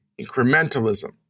incrementalism